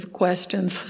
questions